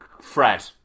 Fred